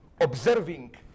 observing